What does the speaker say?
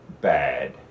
bad